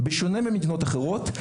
בשונה ממדינות אחרות.